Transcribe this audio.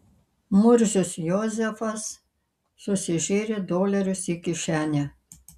murzius jozefas susižėrė dolerius į kišenę